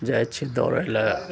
जाइ छियै दौड़े लए